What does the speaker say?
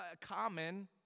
common